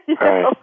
Right